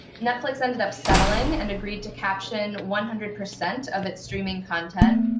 netflix ended up settling and agreed to caption one hundred percent of its streaming content,